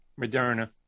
Moderna